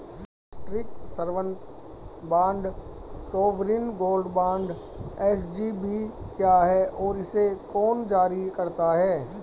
राष्ट्रिक स्वर्ण bond sovereign gold bond SGB क्या है और इसे कौन जारी करता है?